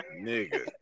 Nigga